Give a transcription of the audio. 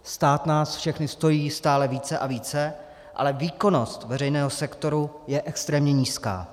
Stát nás všechny stojí stále více a více, ale výkonnost veřejného sektoru je extrémně nízká.